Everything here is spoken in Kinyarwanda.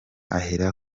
ahera